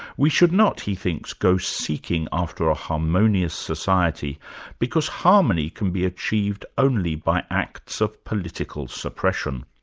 we should not, he thinks, go seeking after a harmonious society because harmony can be achieved only by acts of political suppression.